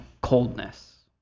coldness